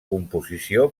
composició